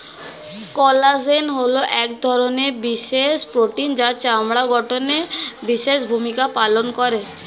collagen হলো এক ধরনের বিশেষ প্রোটিন যা চামড়ার গঠনে বিশেষ ভূমিকা পালন করে